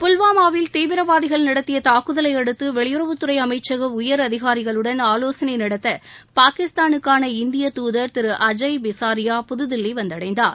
புல்வாமாவில் தீவிரவாதிகள் நடத்திய தாக்குதலையடுத்து வெளியுறவுத்துறை அமைச்சக உயர் அதிகாரிகளுடன் ஆவோசனை நடத்த பாகிஸ்தானுக்கான இந்திய துதர் திரு அஜய் பிசாரியாபுதுதில்லி வந்தடைந்தார்